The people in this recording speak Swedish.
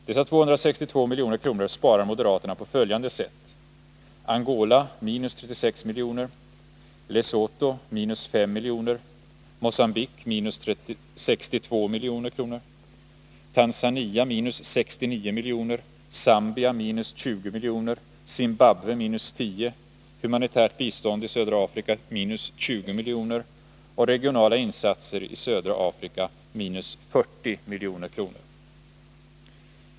Dessa 262 milj.kr. sparar moderaterna på följande sätt: Angola —36 milj.kr., Lesotho —S5 milj.kr., Mogambique —62 milj.kr., Tanzania —69 milj.kr., Zambia —20 milj.kr., Zimbabwe —10 milj.kr., humanitärt bistånd i södra Afrika —20 milj.kr. och regionala insatser i södra Afrika —40 milj.kr.